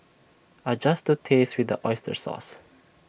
adjust to taste with the Oyster sauce